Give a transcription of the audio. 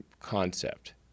concept